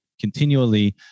continually